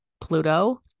Pluto